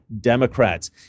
Democrats